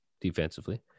defensively